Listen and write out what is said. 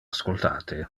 ascoltate